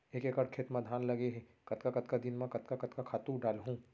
एक एकड़ खेत म धान लगे हे कतका कतका दिन म कतका कतका खातू डालहुँ?